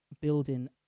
building